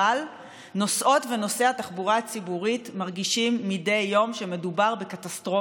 אבל נוסעות ונוסעי התחבורה הציבורית מרגישים מדי יום שמדובר בקטסטרופה.